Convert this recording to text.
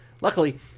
Luckily